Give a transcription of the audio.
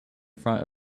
front